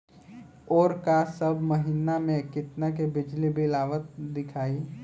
ओर का सब महीना में कितना के बिजली बिल आवत दिखाई